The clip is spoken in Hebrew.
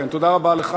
תודה רבה לך.